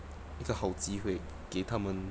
一个好机会给他们